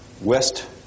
west